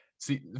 See